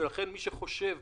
לכן מי שחושב